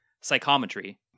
psychometry